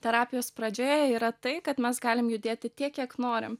terapijos pradžioje yra tai kad mes galim judėti tiek kiek norim